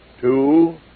Two